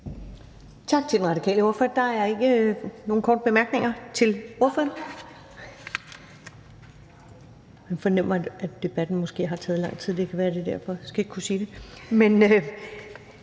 Tak til den radikale ordfører. Der er ikke nogen korte bemærkninger til ordføreren. Jeg fornemmer, at det kan være, fordi debatten måske har taget lang tid – jeg skal ikke kunne sige det.